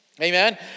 Amen